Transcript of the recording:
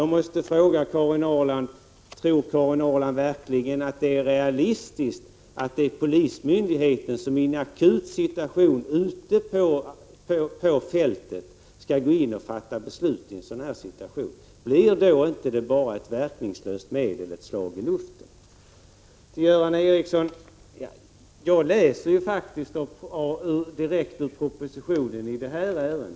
Jag måste fråga Karin Ahrland: Tror Karin Ahrland verkligen att det är realistiskt att polismyndigheten i en akut situation ute på fältet skall gå in och fatta beslut? Blir inte lagen ett verkningslöst medel då, ett slag i luften? Jag läste faktiskt direkt ur propositionen, Göran Ericsson.